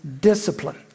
discipline